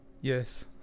Yes